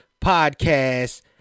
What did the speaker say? podcast